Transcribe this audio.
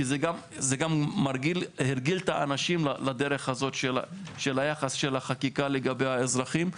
כי זה מרגיל את האנשים לדרך הזאת של היחס של החקיקה לגבי האזרחים.